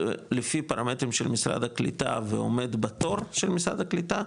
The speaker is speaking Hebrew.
לפי פרמטרים של משרד הקליטה ועומד בתור של משרד הקליטה,